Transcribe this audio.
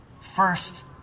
First